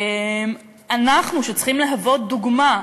אנחנו, שצריכים להוות דוגמה.